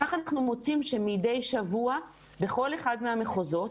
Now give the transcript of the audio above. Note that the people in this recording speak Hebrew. וכך אנחנו מוצאים שמדי שבוע בכל אחד מהמחוזות,